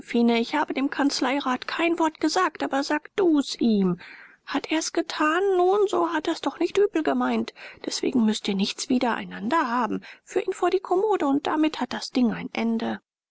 ich habe dem kanzleirat kein wort gesagt aber sag du's ihm hat er's getan nun so hat er's doch nicht übel gemeint deswegen müßt ihr nichts wider einander haben führ ihn vor die kommode und damit hat das ding ein ende